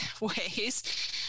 ways